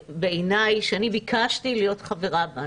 בעיניי שאני ביקשתי להיות חברה בה,